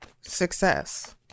success